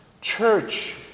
Church